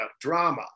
drama